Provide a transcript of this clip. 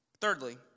Thirdly